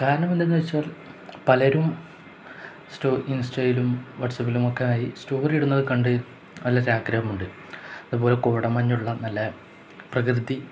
കാരണം എന്തെന്നു വച്ചാൽ പലരും സ്റ്റോ ഇൻസ്റ്റയിലും വാട്സാപ്പിലും ഒക്കെ ആയി സ്റ്റോറി ഇടുന്നതുകണ്ടു നല്ലൊരു ആഗ്രഹമുണ്ട് അതുപോലെ കോടമഞ്ഞുള്ള നല്ല പ്രകൃതി